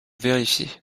vérifier